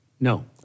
No